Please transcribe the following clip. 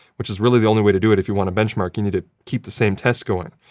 which is really the only way to do it if you want to benchmark. you need to keep the same tests going.